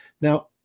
Now